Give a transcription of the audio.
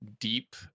deep